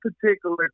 particular